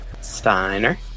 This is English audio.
Steiner